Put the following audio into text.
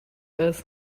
ist